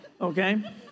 Okay